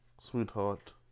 sweetheart